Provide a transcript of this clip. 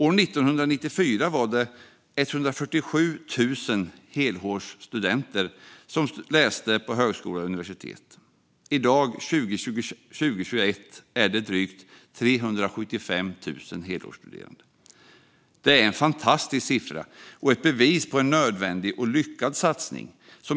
År 1994 var det 147 000 helårsstudenter som läste på högskola eller universitet. I dag, 2021, är det drygt 375 000 helårsstuderande. Det är en fantastisk siffra och ett bevis på en nödvändig och lyckad satsning.